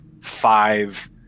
five